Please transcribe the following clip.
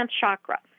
chakra